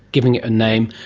giving it a name,